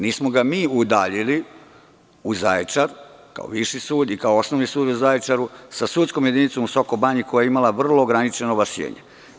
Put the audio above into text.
Nismo ga mi udaljili u Zaječar kao viši sud i kao osnovni sud u Zaječaru sa sudskom jedinicom u Soko Banji, koja je imala vrlo ograničeno ovlašćenje.